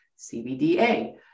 CBDA